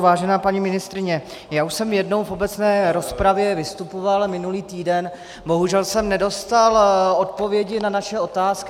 Vážená paní ministryně, já už jsem jednou v obecné rozpravě vystupoval minulý týden, bohužel jsem nedostal odpovědi na naše otázky.